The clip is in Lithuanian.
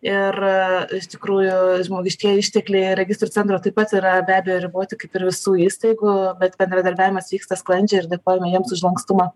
ir iš tikrųjų žmogiškieji ištekliai registrų centro taip pat yra be abejo riboti kaip ir visų įstaigų bet bendradarbiavimas vyksta sklandžiai ir dėkojame jiems už lankstumą